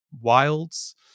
wilds